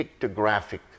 pictographic